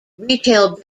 retail